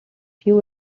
few